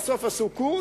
ובסוף עשו קורס,